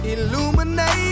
Illuminate